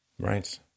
Right